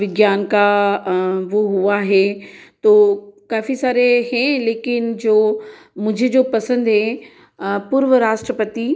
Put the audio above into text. विज्ञान का वो हुआ है तो काफ़ी सारे हैं लेकिन जो मुझे जो पसंद हैं पूर्व राष्ट्रपति